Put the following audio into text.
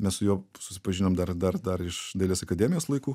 mes su juo susipažinom dar dar dar iš dailės akademijos laikų